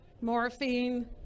morphine